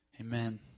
Amen